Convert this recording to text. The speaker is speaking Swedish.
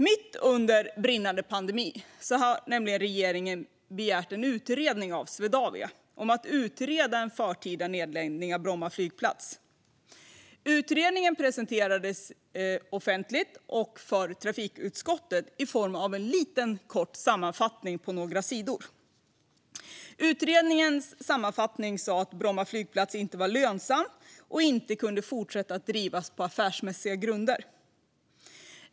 Mitt under brinnande pandemi har regeringen bett Swedavia att utreda en förtida nedläggning av Bromma flygplats. Utredningen presenterades offentligt och för trafikutskottet i form av en kort sammanfattning på några sidor. I sammanfattningen stod att Bromma flygplats inte var lönsam och inte kunde fortsätta att drivas på affärsmässiga grunder.